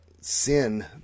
sin